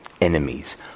enemies